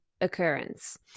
occurrence